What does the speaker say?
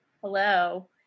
hello